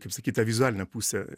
kaip sakyt tą vizualinę pusę